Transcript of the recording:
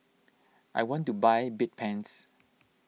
I want to buy Bedpans